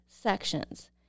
sections